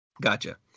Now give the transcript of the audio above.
Gotcha